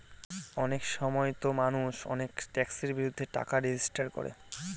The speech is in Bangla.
অনেক সময়তো মানুষ অনেক ট্যাক্সের বিরুদ্ধে ট্যাক্স রেজিস্ট্যান্স করে